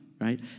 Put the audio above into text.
right